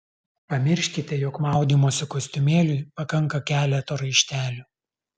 pamirškite jog maudymosi kostiumėliui pakanka keleto raištelių